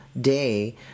Day